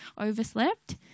overslept